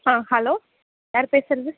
ஆ hello யார் பேசுறது